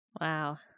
Wow